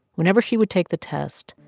whenever she would take the test,